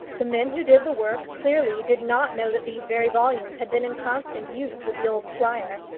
the men who did the work clearly did not know that these very volumes had been in constant use with the old squire.